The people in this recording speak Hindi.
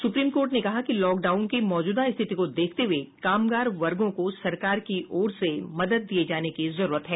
सुप्रीम कोर्ट ने कहा कि लॉकडाउन की मौजूदा स्थिति को देखते हुये कामगार वर्गों को सरकार की ओर से मदद दिये जाने की जरूरत है